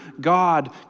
God